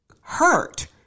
hurt